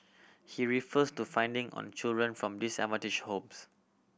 he refers to finding on children from disadvantaged homes